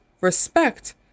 respect